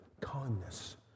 Kindness